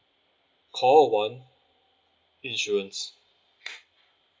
call one insurance